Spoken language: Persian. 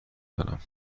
دارم